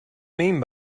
mean